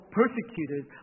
persecuted